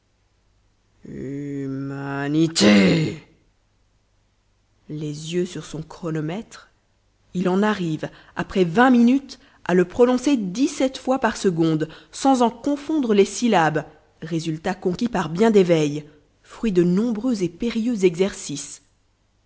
humanité les yeux sur son chronomètre il en arrive après vingt minutes à le prononcer dix-sept fois par seconde sans en confondre les syllabes résultat conquis par bien des veilles fruit de nombreux et périlleux exercices